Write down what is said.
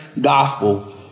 gospel